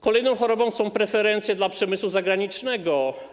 Kolejną chorobą są preferencje dla przemysłu zagranicznego.